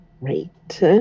Right